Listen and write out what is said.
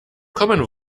commen